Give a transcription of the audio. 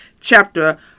chapter